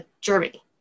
Germany